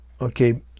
Okay